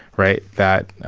right? that.